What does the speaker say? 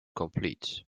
complete